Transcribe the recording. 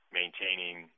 maintaining